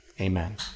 Amen